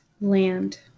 Land